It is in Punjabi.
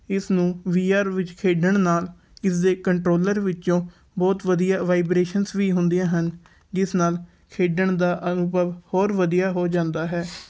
ਇਸ ਨੂੰ ਵੀ ਆਰ ਵਿੱਚ ਖੇਡਣ ਨਾਲ ਇਸਦੇ ਕੰਟਰੋਲਰ ਵਿੱਚੋਂ ਬਹੁਤ ਵਧੀਆ ਵਾਈਵਰੇਸ਼ਨ ਵੀ ਹੁੰਦੀਆਂ ਹਨ ਜਿਸ ਨਾਲ਼ ਖੇਡਣ ਦਾ ਅਨੁਭਵ ਹੋਰ ਵਧੀਆ ਹੋ ਜਾਂਦਾ ਹੈ